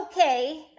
Okay